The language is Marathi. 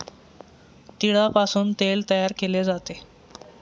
तिळापासून तेल तयार केले जाते